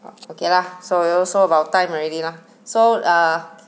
orh okay lah so we also about time already lah so ah